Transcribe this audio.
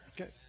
Okay